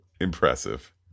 impressive